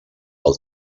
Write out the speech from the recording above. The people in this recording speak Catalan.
del